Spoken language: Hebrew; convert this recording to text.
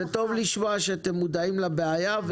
טוב לשמוע שאתם מודעים לבעיה,